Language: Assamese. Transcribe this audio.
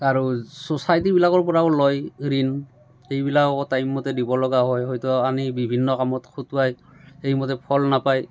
আৰু ছ'চাইটীবিলাকৰ পৰাও লয় ঋণ এইবিলাকো টাইম মতে দিবলগা হয় হয়তো আনি বিভিন্ন কামত খটুৱায় সেইমতে ফল নাপায়